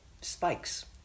spikes